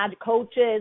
coaches